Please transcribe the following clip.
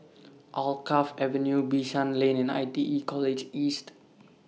Alkaff Avenue Bishan Lane and I T E College East